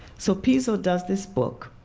so piso does this book.